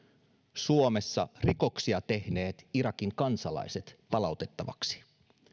suomessa rikoksia tehneet irakin kansalaiset palautettaviksi